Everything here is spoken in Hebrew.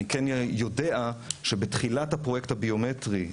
אני כן יודע שבתחילת הפרויקט הביומטרי,